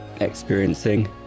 experiencing